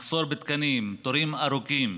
מחסור בתקנים, התורים ארוכים.